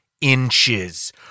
inches